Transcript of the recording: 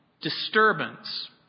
disturbance